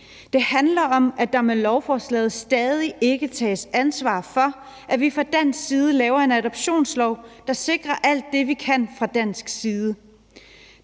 det handler om, at der med lovforslaget stadig ikke tages et ansvar for, at vi fra dansk side laver en adoptionslov, der sikrer alt det, vi fra dansk side